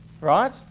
right